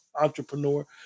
entrepreneur